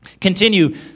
Continue